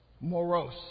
Morose